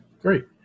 great